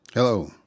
Hello